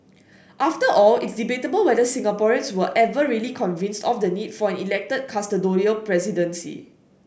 after all it's debatable whether Singaporeans were ever really convinced of the need for elected custodial presidency